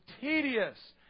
tedious